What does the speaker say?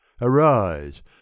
Arise